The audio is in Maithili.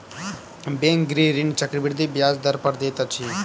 बैंक गृह ऋण चक्रवृद्धि ब्याज दर पर दैत अछि